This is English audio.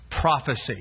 prophecy